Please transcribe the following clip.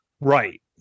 right